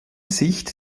sicht